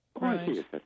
Right